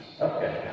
Okay